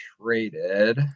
traded